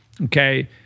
okay